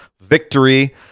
victory